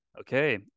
Okay